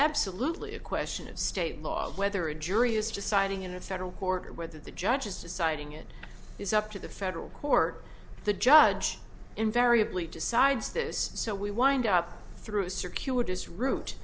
absolutely a question of state law whether a jury is deciding in a federal court or whether the judge is deciding it is up to the federal court the judge invariably decides this so we wind up through a circuitous ro